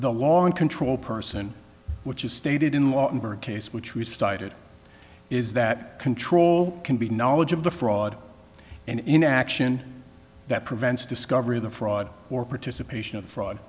the law and control person which is stated in a case which we started is that control can be knowledge of the fraud and inaction that prevents discovery of the fraud or participation of fraud